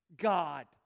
God